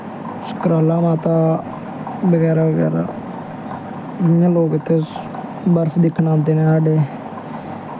सुकराला माता बगैरा बगैरा इ'यां लोग बर्फ दिक्खन औंदे न साढ़े